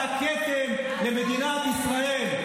ואתה כתם על מדינת ישראל.